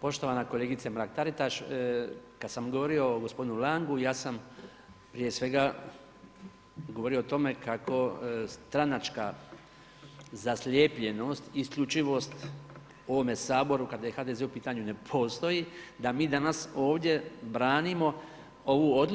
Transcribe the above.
Poštovana kolegice Mrak-Taritaš, kad sam govorio o gospodinu Langu, ja sam prije svega govorio o tome kako stranačka zaslijepljenost, isključivost u ovome Saboru kada je HDZ u pitanju ne postoji, da mi danas ovdje branimo ovu